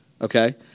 Okay